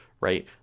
right